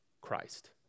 Christ